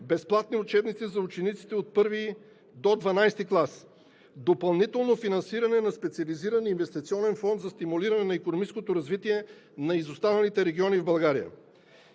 безплатни учебници за учениците от I до XII клас; допълнително финансиране на специализиран инвестиционен фонд за стимулиране на икономическото развитие на изостаналите региони в България.